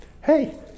Hey